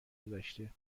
گذشته